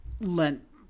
lent